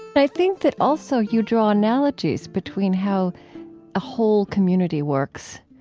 and i think that also you draw analogies between how a whole community works,